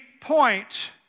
point